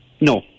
No